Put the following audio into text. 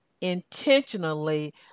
intentionally